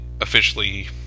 officially